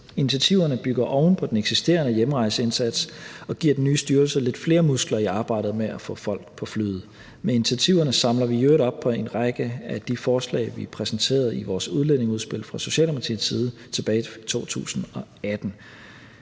Initiativerne bygger oven på den eksisterende hjemrejseindsats og giver den nye styrelse lidt flere muskler i arbejdet med at få folk på flyet. Med initiativerne samler vi i øvrigt op på en række af de forslag, vi præsenterede i vores udlændingeudspil fra Socialdemokratiets side tilbage i 2018.